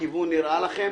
הכיוון נראה לכם?